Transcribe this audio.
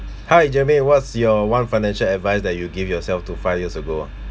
hi jamie what's your one financial advice that you give yourself to five years ago uh